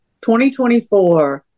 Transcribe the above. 2024